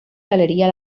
galeria